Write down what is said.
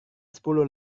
sepuluh